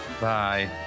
Bye